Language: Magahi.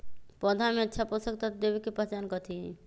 पौधा में अच्छा पोषक तत्व देवे के पहचान कथी हई?